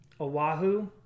Oahu